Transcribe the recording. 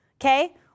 okay